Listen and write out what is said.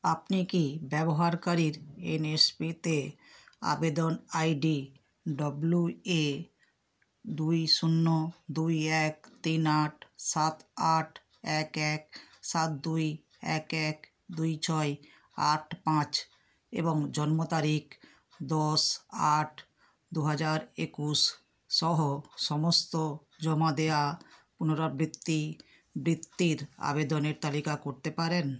আপনি কি ব্যবহারকারীর এনএসপিতে আবেদন আই ডি ডব্লু এ দুই শূন্য দুই এক তিন আট সাত আট এক এক সাত দুই এক এক দুই ছয় আট পাঁচ এবং জন্ম তারিখ দশ আট দু হাজার একুশ সহ সমস্ত জমা দেওয়া পুনরাবৃত্তি বৃত্তির আবেদনের তালিকা করতে পারেন